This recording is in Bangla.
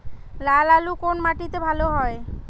লাল আলু কোন মাটিতে ভালো হয়?